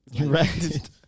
Right